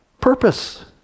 purpose